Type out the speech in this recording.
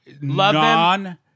non